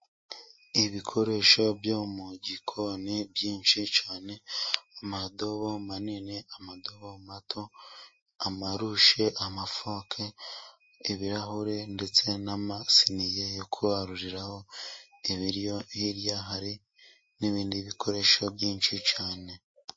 Ibikoresho byo mu gikoni byinshi cyane. Amadobo manini, amadobo mato, amarushe, amafoke ,ibirahure ndetse n'amasiniye yo kwaruriraho ibiryo. Hirya hari n'ibindi bikoresho byinshi cyane.